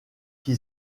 qui